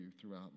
throughout